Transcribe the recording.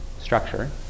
structure